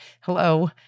Hello